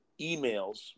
emails